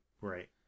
right